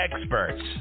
experts